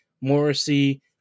Morrissey